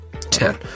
Ten